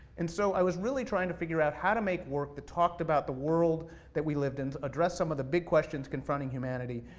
and so i was really trying to figure out how to make work that talked about the world that we lived in, address some of the big questions confronting humanity,